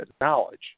knowledge